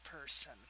person